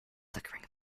flickering